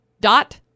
dot